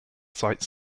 site